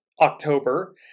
october